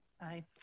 Aye